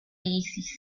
isis